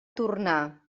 tornar